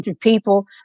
people